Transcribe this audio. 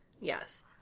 Yes